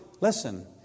Listen